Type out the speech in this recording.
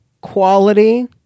quality